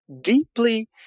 deeply